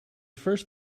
first